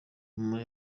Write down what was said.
mama